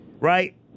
right